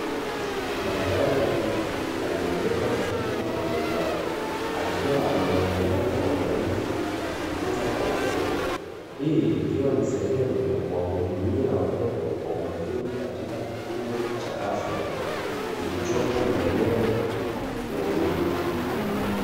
Daktari wa kike aliyembeba mtoto mkononi mwake, akiwa anamwangalia kwa uangalifu na kumtunza kwa upendo. Hii ikiwa ni sehemu ya kuwa hudumia watoto kwa umakini katika kituo cha afya kilichopo maeneo ya jamii.